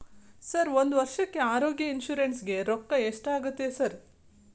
Sir ಒಂದು ವರ್ಷಕ್ಕೆ ಆರೋಗ್ಯ ಇನ್ಶೂರೆನ್ಸ್ ಗೇ ರೊಕ್ಕಾ ಎಷ್ಟಾಗುತ್ತೆ ಸರ್?